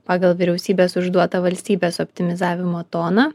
pagal vyriausybės užduotą valstybės optimizavimo toną